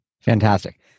Fantastic